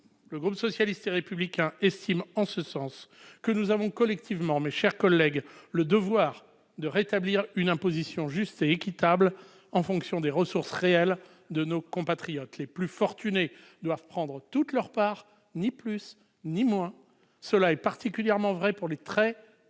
Le groupe socialiste et républicain estime en ce sens que nous avons collectivement, mes chers collègues, le devoir de rétablir une imposition juste et équitable en fonction des ressources réelles de nos compatriotes. Les plus fortunés doivent prendre toute leur part, ni plus ni moins. Cela est particulièrement vrai pour les très,